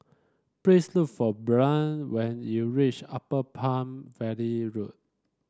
please look for Brandt when you reach Upper Palm Valley Road